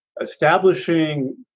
establishing